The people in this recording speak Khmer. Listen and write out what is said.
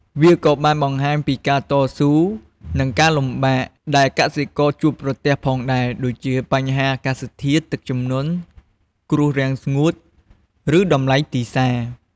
វាក៏បានបង្ហាញពី ការតស៊ូ និងការលំបាក ដែលកសិករជួបប្រទះផងដែរ ដូចជាបញ្ហាអាកាសធាតុ ទឹកជំនន់ គ្រោះរាំងស្ងួត ឬតម្លៃទីផ្សារ។